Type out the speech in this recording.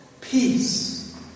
Peace